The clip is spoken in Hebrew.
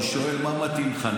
אני שואל מה מתאים לך,